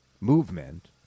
movement